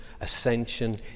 ascension